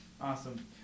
Awesome